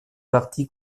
parti